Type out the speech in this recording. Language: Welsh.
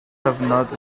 cyfnod